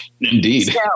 Indeed